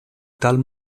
tal